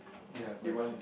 ya quite true